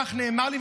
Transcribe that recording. כך נאמר לי,